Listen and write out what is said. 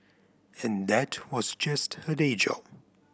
and that was just her day job